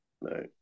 right